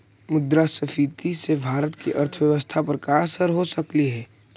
मुद्रास्फीति से भारत की अर्थव्यवस्था पर का असर हो सकलई हे